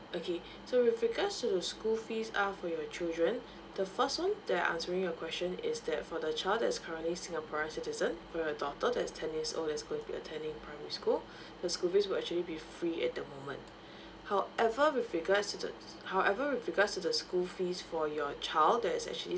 okay so with regards to the school fees uh for your children the first one that answering your question is that for the child that is currently singaporean citizen for your daughter that is ten years old that is going to be attending primary school the school fees will actually be free at the moment however with regards to the however with regards to the school fees for your child that is actually